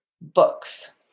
books